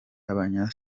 abanya